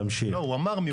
הוא אמר מי הוא.